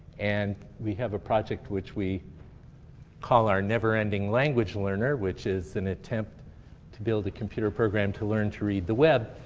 and we have a project which we call our never ending language learner, which is an attempt to build a computer program to learn to read the web.